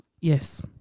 Yes